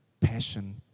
passion